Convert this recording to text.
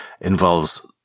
involves